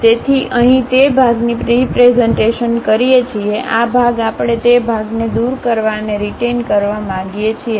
તેથી અહીં તે ભાગની રીપ્રેઝન્ટેશનકરીએ છીએ આ ભાગ આપણે તે ભાગને દૂર કરવા અને રિટેઈન કરવા માંગીએ છીએ